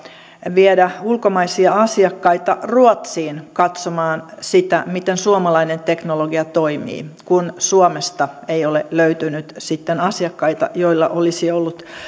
viedä ulkomaisia asiakkaita ruotsiin katsomaan miten suomalainen teknologia toimii kun suomesta ei ole löytynyt sitten asiakkaita joilla olisi ollut